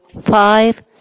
five